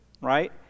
right